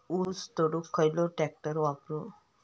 ऊस तोडुक खयलो ट्रॅक्टर वापरू?